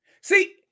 See